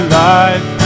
life